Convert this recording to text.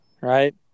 right